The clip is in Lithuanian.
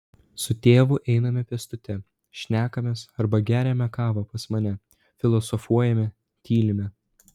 su tėvu einame pėstute šnekamės arba geriame kavą pas mane filosofuojame tylime